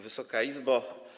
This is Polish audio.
Wysoka Izbo!